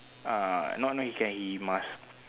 uh no no he can he must